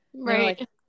Right